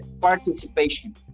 participation